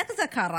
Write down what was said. איך זה קרה?